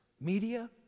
media